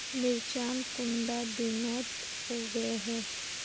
मिर्चान कुंडा दिनोत उगैहे?